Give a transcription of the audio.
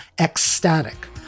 Ecstatic